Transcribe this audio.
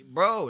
Bro